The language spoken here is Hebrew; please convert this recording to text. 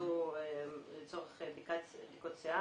שהוקצו לצורך בדיקות שיער.